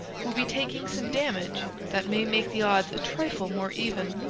will be taking some damage that may make the odds a trifle more even.